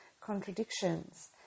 contradictions